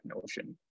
Notion